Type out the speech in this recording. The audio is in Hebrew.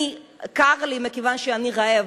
קר לי מכיוון שאני רעב,